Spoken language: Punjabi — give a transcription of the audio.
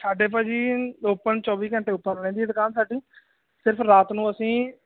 ਸਾਡੇ ਭਾਅ ਜੀ ਓਪਨ ਚੋਵੀ ਘੰਟੇ ਓਪਨ ਰਹਿੰਦੀ ਆ ਦੁਕਾਨ ਸਾਡੀ ਸਿਰਫ ਰਾਤ ਨੂੰ ਅਸੀਂ